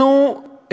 אנחנו,